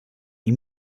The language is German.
ihm